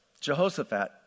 Jehoshaphat